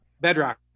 bedrock